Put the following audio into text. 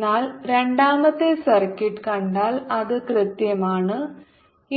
എന്നാൽ രണ്ടാമത്തെ സർക്യൂട്ട് കണ്ടാൽ അത് കൃത്യമാണ്